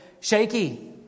shaky